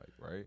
right